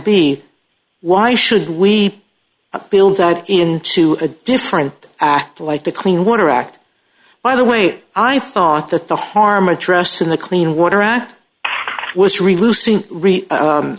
be why should we build that into a different act like the clean water act by the way i thought that the harm address in the clean water act was